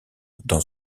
dans